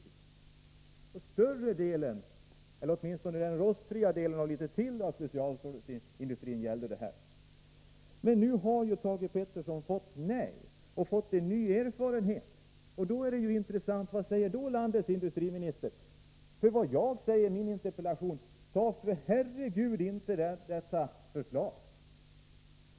Det gällde större delen, eller åtminstone den rostfria delen av specialstålsindustrin och litet till. Nu har emellertid Thage Peterson fått nej, och därmed har han fått en ny erfarenhet. Då är det intressant att få höra vad landets industriminister säger. Jag har i min interpellation sagt att regeringen inte bör godta detta förslag.